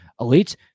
elites